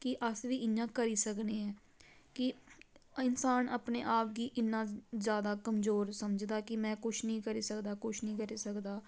कि अस वी इ'यां करी सकने ऐं कि इंसान अपने आप गी इन्ना जैदा कमजोर समझदा कि मैं कुश निं करी सकदा कुश निं करी सकदा